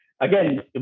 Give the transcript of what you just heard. again